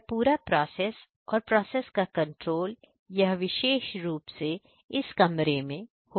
यह पूरा प्रोसेस और प्रोसेस का कंट्रोल यह विशेष रूप से यह कमरे में होता है